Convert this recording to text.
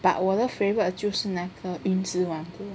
but 我的 favourite 就是那个云之王